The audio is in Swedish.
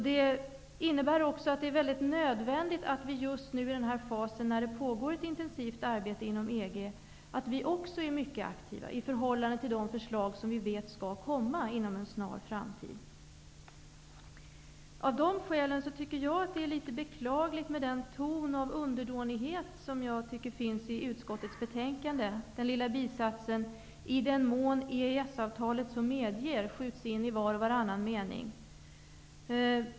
Det innebär också att det är nödvändigt att även vi, just nu när det pågår ett intensiv arbete inom EG, är mycket aktiva i förhållande till de förslag som vi vet skall komma inom en snar framtid. Av dessa skäl tycker jag att den underdåniga tonen i utskottets betänkande är litet beklaglig. Den lilla bisatsen ''i den mån EES-avtalet så medger'' skjuts in i var och varannan mening.